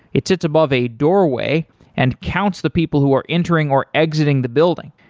it sits above a doorway and counts the people who are entering or exiting the building.